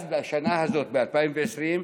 בשנה הזאת, ב-2020,